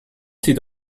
sit